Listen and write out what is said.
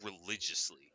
religiously